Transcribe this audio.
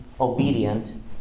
obedient